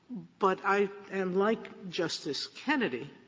but i am like justice kennedy,